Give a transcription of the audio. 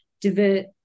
divert